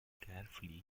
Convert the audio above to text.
carefully